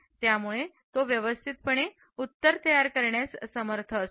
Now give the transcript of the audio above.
यामुळे व्यवस्थित पण उत्तर देण्यात आपण समर्थ असतो